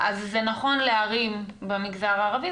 אז זה נכון לערים במגזר הערבי,